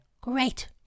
Great